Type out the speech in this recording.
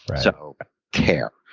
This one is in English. but so but care.